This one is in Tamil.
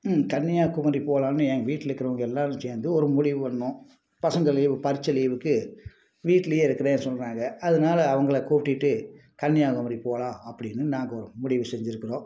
கன்னியாகுமரி போகலாம்னு என் வீட்டில் இருக்கிறவங்க எல்லோருமே சேர்ந்து ஒரு முடிவு பண்ணோம் பசங்க லீவ் பரீட்சை லீவுக்கு வீட்லேயே இருக்கிறேன்னு சொல்கிறாங்க அதனால அவங்கள கூட்டிட்டு கன்னியாகுமரி போகலாம் அப்படின்னு நாங்கள் ஒரு முடிவு செஞ்சிருக்கிறோம்